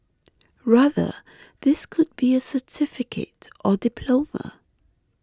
rather this could be a certificate or diploma